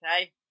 okay